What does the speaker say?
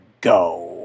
go